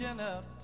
up